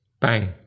bang